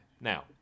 Now